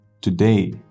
today